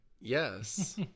Yes